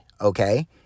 okay